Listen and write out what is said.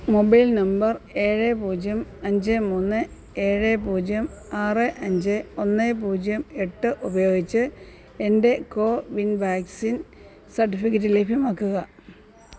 mobile number ഏഴ് പൂജ്യം അഞ്ച് മൂന്ന് ഏഴ് പൂജ്യം ആറ് അഞ്ച് ഒന്ന് പൂജ്യം എട്ട് ഉപയോഗിച്ച് എന്റെ കോവിൻ വാക്സിൻ സർട്ടിഫിക്കറ്റ് ലഭ്യമാക്കുക